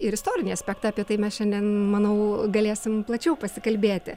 ir istorinį aspektą apie tai mes šiandien manau galėsim plačiau pasikalbėti